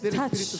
touch